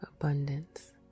abundance